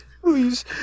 Please